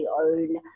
own